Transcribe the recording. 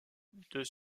deux